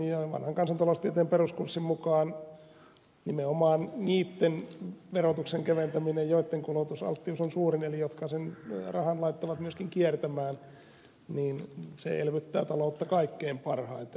ja vanhan kansantaloustieteen peruskurssin mukaan nimenomaan niitten verotuksen keventäminen joitten kulutusalttius on suurin eli jotka sen rahan laittavat myöskin kiertämään elvyttää taloutta kaikkein parhaiten